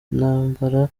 by’intambara